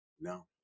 No